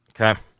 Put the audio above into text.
Okay